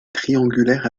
triangulaire